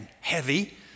heavy